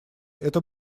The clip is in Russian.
это